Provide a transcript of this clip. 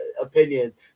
opinions